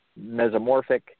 mesomorphic